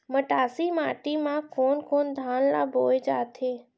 मटासी माटी मा कोन कोन धान ला बोये जाथे?